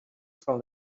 from